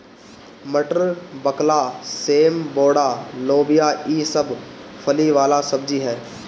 मटर, बकला, सेम, बोड़ा, लोबिया ई सब फली वाला सब्जी ह